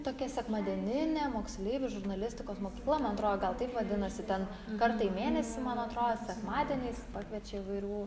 tokia sekmadieninė moksleivių žurnalistikos mokykla man atrodo gal taip vadinasi ten kartą į mėnesį man atroo pakviečia įvairių